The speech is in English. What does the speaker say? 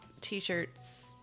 t-shirts